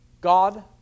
God